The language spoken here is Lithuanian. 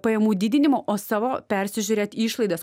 pajamų didinimo o savo persižiūrėt išlaidas